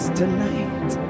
tonight